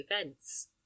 events